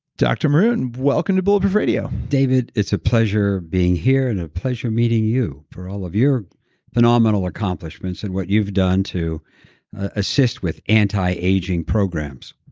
dr maroon, welcome to bulletproof radio david, it's a pleasure being here and a pleasure meeting you for all of your phenomenal accomplishments and what you've done to assist with anti-aging programs